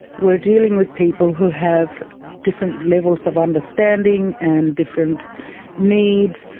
we are dealing with people who have different levels of understanding and different needs.